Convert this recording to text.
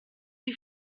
die